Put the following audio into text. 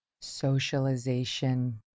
socialization